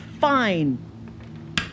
Fine